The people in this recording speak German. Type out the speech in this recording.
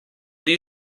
die